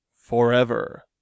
Forever